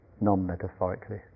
non-metaphorically